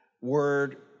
word